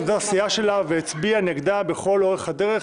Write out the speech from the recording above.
אותה סיעה שלה והצביעה נגדה לכל אורך הדרך,